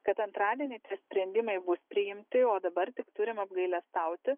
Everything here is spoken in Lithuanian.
kad antradienį sprendimai bus priimti o dabar tik turim apgailestauti